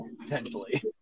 potentially